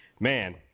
Man